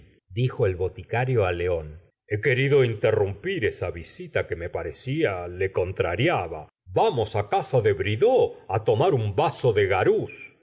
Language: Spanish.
ardid dijo el boticario á león he querido interrumpir esa visita que me parecía le contrariaba vamos á casa de bridoux á tomar un vaso de gurus